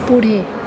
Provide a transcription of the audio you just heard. पुढे